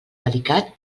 delicat